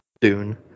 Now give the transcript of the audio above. Dune